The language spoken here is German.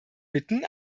bitten